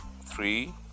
three